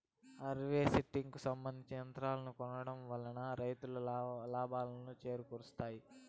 harvesting కు సంబందించిన యంత్రాలను కొనుక్కోవడం వల్ల రైతులకు లాభాలను చేకూరుస్తాయి